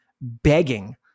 begging